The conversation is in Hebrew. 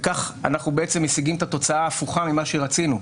וכך אנחנו בעצם משיגים את התוצאה ההפוכה ממה שרצינו.